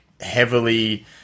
heavily